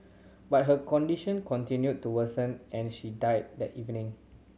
but her condition continued to worsen and she died that evening